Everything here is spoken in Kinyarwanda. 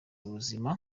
ubuzima